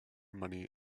money